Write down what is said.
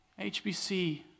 HBC